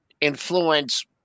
influence